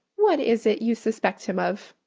what is it you suspect him of?